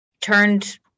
turned